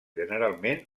generalment